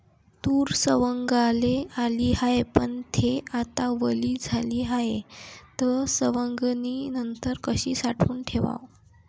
तूर सवंगाले आली हाये, पन थे आता वली झाली हाये, त सवंगनीनंतर कशी साठवून ठेवाव?